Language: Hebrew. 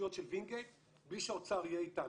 בתשתיות של וינגייט בלי שהאוצר יהיה איתנו.